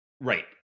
right